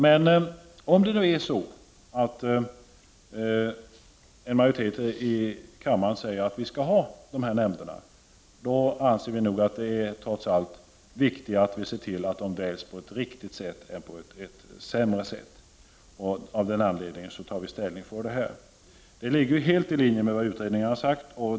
Men om en majoritet i kammaren säger att vi skall ha sådana nämnder anser vi att det är viktigt att se till att de väljs på ett riktigt sätt och inte på ett sämre sätt. Av den anledningen tar vi ställning för det. Det ligger helt i linje med vad utredningen har sagt.